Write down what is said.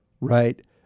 right